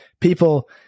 People